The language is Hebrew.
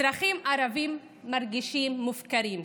אזרחים ערבים מרגישים מופקרים כאן.